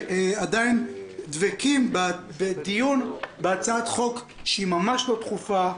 ועדיין דבקים בדיון בהצעת חוק שהיא ממש לא דחופה,